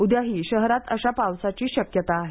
उद्याही शहरात अशा पावसाची शक्यता आहे